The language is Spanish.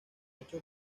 hecho